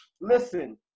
listen